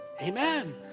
Amen